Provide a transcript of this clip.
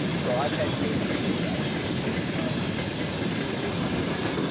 so i've had cases where i've sent pay stubs to adp,